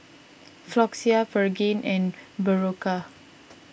Floxia Pregain and Berocca